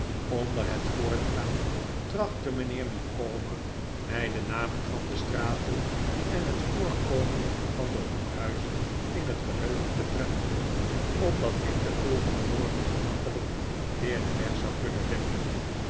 onder het voortgaan trachtte mijnheer micawber mij de namen van de straten en het voorkomen van de hoekhuizen in het gehugen te prenten opdat ik den volgenden morgen gemakkelijk weer den weg zou kunnen vinden